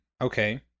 Okay